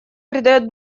придает